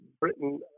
britain